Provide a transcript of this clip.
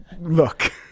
look